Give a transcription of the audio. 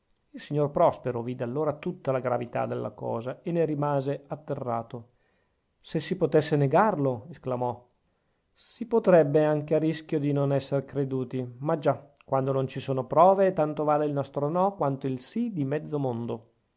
il signor prospero vide allora tutta la gravità della cosa e ne rimase atterrato se si potesse negarlo esclamò si potrebbe anche a rischio di non esser creduti ma già quando non ci sono prove tanto vale il nostro no quanto il sì di mezzo mondo